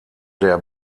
der